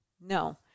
No